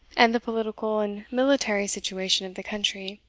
and the political and military situation of the country,